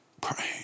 Pray